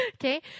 Okay